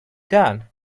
done